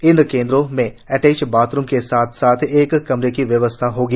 इन केन्द्रों में attached washroom के साथ एक कमरे की व्यवस्था होगी